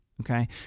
Okay